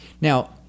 Now